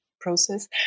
process